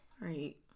Right